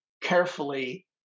carefully